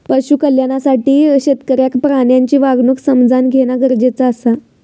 पशु कल्याणासाठी शेतकऱ्याक प्राण्यांची वागणूक समझान घेणा गरजेचा आसा